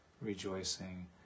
rejoicing